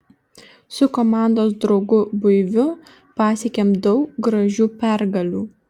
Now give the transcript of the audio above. su komandos draugu buiviu pasiekėm daug gražių pergalių